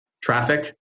traffic